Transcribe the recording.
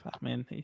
Man